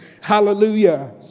Hallelujah